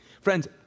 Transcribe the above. Friends